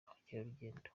abakerarugendo